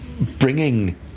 Bringing